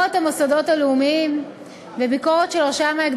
להיות בעתיד לטובת צמצום האפליה ועידוד העסקים